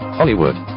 Hollywood